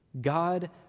God